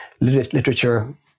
literature